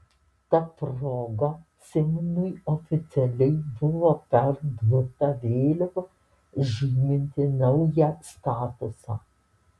ta proga simnui oficialiai buvo perduoda vėliava žyminti naują statusą